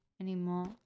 anymore